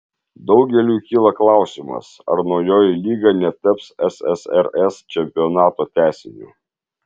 daugeliui kyla klausimas ar naujoji lyga netaps ssrs čempionato tęsiniu